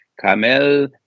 Kamel